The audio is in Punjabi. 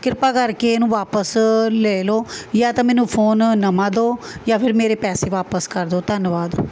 ਕਿਰਪਾ ਕਰਕੇ ਇਹਨੂੰ ਵਾਪਸ ਲੈ ਲਓ ਜਾਂ ਤਾਂ ਮੈਨੂੰ ਫੋਨ ਨਵਾਂ ਦਿਉ ਜਾਂ ਫਿਰ ਮੇਰੇ ਪੈਸੇ ਵਾਪਸ ਕਰ ਦਿਉ ਧੰਨਵਾਦ